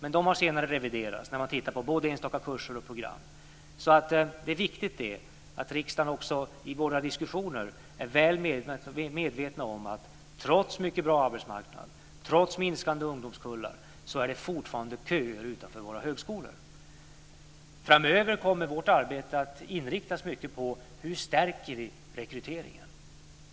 Men de har senare reviderats när man tittar närmare på både enstaka kurser och program. Det är viktigt att riksdagen också i våra diskussioner är väl medveten om att trots mycket bra arbetsmarknad, trots minskande ungdomskullar är det fortfarande köer utanför våra högskolor. Framöver kommer vårt arbete att inriktas mycket på hur vi stärker rekryteringen.